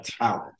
talent